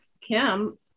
Kim